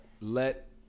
let